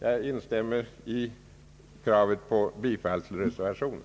Jag instämmer i kravet på bifall till reservationen.